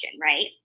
right